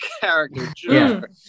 character